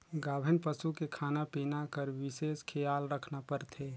गाभिन पसू के खाना पिना कर बिसेस खियाल रखना परथे